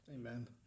Amen